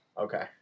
Okay